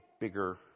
bigger